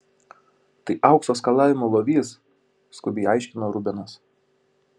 tai aukso skalavimo lovys skubiai aiškino rubenas